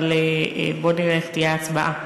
אבל בואו נראה איך תהיה ההצבעה.